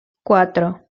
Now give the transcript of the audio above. cuatro